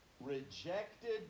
rejected